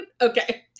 Okay